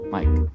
Mike